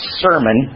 sermon